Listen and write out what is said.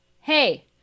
hey